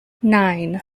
nine